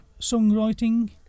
songwriting